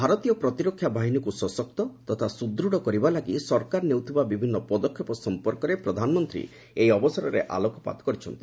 ଭାରତୀୟ ପ୍ରତିରକ୍ଷା ବାହିନୀକୁ ସଶକ୍ତ ତଥା ସ୍ୱଦୂତ୍ କରିବା ଲାଗି ସରକାର ନେଉଥିବା ବଭିନ୍ନ ପଦକ୍ଷେପ ସଂପର୍କରେ ପ୍ରଧାନମନ୍ତ୍ରୀ ଏହି ଅବସରରେ ଆଲୋକପାତ କରିଛନ୍ତି